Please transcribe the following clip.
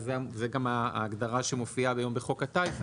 וזו גם ההגדרה שמופיעה היום בחוק הטייס.